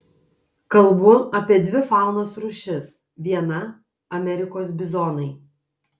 kalbu apie dvi faunos rūšis viena amerikos bizonai